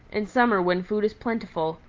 in summer when food is plentiful,